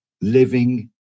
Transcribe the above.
living